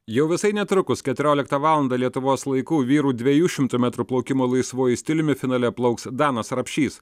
jau visai netrukus keturioliktą valandą lietuvos laiku vyrų dviejų šimtų metrų plaukimo laisvuoju stiliumi finale plauks danas rapšys